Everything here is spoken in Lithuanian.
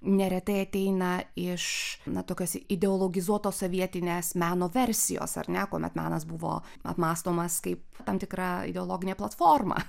neretai ateina iš na tokios ideologizuotos sovietinės meno versijos ar ne kuomet menas buvo apmąstomas kaip tam tikra ideologinė platforma